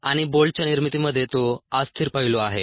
आणि बोल्टच्या निर्मितीमध्ये तो अस्थिर पैलू आहे